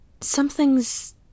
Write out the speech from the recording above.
something's